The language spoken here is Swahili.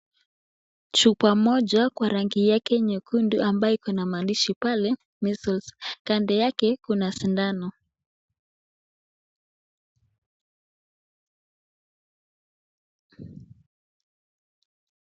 Chupa moja kwa rangi yake nyekundu ambayo iko na maandishi pale measles , kando yake kuna sindano.